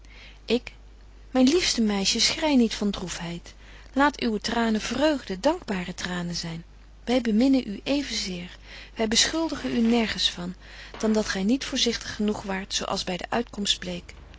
ik myn liefste meisje schrei niet van droefheid laten uwe tranen vreugde dankbare tranen zyn wy beminnen u even zeer wy beschuldigen u nergens van dan dat gy niet voorzigtig genoeg waart zo als by de uitkomst bleek